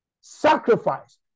sacrifice